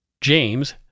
James